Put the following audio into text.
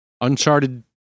Uncharted